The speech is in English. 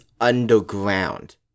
underground